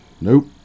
Nope